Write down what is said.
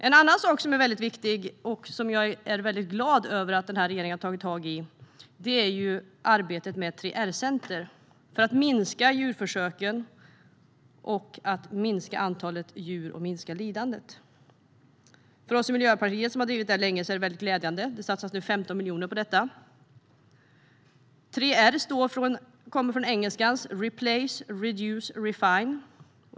En annan viktig sak som jag är glad över att regeringen har tagit tag i för att minska djurförsöken, antalet djur och lidandet är arbetet med 3Rcenter. För oss i Miljöpartiet som har drivit detta länge är det glädjande att man här satsar 15 miljoner. Begreppet 3R kommer från engelskans replace, reduce och refine.